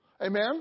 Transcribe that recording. Amen